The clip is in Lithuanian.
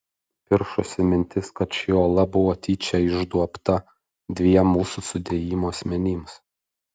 piršosi mintis kad ši ola buvo tyčia išduobta dviem mūsų sudėjimo asmenims